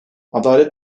adalet